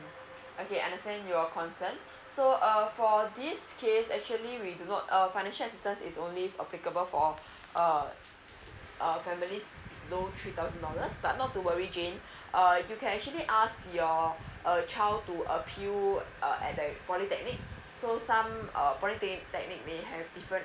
okay understand your concern so uh for this case actually we do not err financial assistance is only applicable for uh family's low three thousand dollars but not to worry jane uh you can actually ask your uh child to appeal at that polytechnic so some uh polytech polytechnic may have different